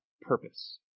purpose